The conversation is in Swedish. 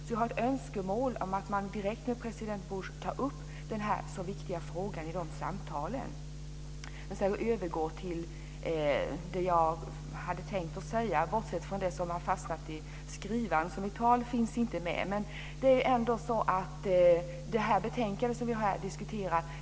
Jag har ett önskemål att direkt med president Bush ta upp denna viktiga fråga i de samtalen. Jag övergår till det jag hade tänkt att säga, bortsett från det som har fastnat i skrivaren. Mitt tal finns inte med. Det finns en stor enighet om det betänkande vi diskuterar.